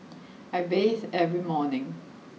I bathe every morning